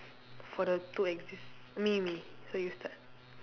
for the two exist~ me me so you start